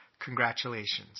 Congratulations